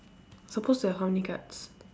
supposed to have how many cards